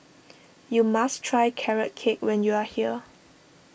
you must try Carrot Cake when you are here